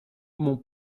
mon